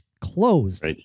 closed